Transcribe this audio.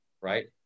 right